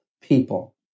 people